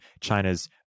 China's